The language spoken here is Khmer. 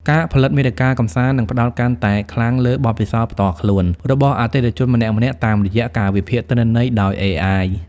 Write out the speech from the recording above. ការផលិតមាតិកាកម្សាន្តនឹងផ្តោតកាន់តែខ្លាំងលើ "បទពិសោធន៍ផ្ទាល់ខ្លួន" របស់អតិថិជនម្នាក់ៗតាមរយៈការវិភាគទិន្នន័យដោយ AI។